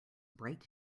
bright